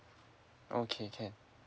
okay can